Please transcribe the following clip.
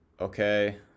Okay